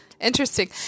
interesting